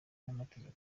n’amategeko